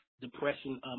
depression